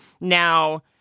now